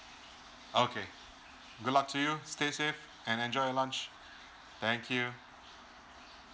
okay good luck to you stay safe and enjoy your lunch thank you